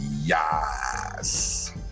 Yes